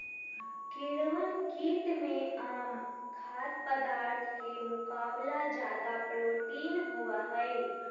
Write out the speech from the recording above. कीड़वन कीट में आम खाद्य पदार्थ के मुकाबला ज्यादा प्रोटीन होबा हई